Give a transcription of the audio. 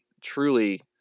truly